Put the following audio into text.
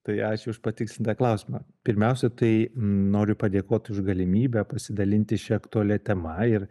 tai ačiū už patikslintą klausimą pirmiausia tai noriu padėkot už galimybę pasidalinti šia aktualia tema ir